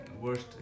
worst